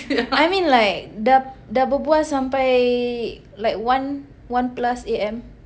I mean like dah dah berbual sampai one one plus A_M